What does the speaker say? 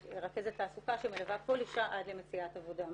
לרכזת תעסוקה שמלווה כל אישה עד למציאת עבודה מתאימה,